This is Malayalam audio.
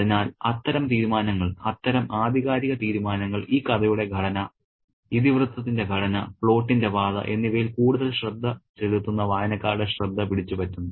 അതിനാൽ അത്തരം തീരുമാനങ്ങൾ അത്തരം ആധികാരിക തീരുമാനങ്ങൾ ഈ കഥയുടെ ഘടന ഇതിവൃത്തത്തിന്റെ ഘടന പ്ലോട്ടിന്റെ പാത എന്നിവയിൽ കൂടുതൽ ശ്രദ്ധ ചെലുത്തുന്ന വായനക്കാരുടെ ശ്രദ്ധ പിടിച്ച് പറ്റുന്നു